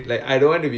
ya